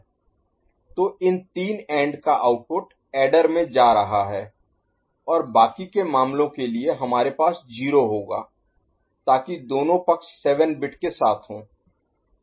तो इन तीन AND का आउटपुट ऐडर में जा रहा है और बाकी के मामलों के लिए हमारे पास 0 होगा ताकि दोनों पक्ष 7 बिट के साथ हों